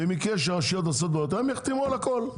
ובמקרה שרשויות עושות בעיות הם יחתמו על הכול,